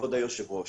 כבוד היושבת-ראש,